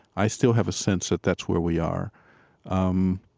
i still have a sense that that's where we are um